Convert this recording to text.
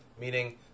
meaning